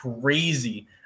crazy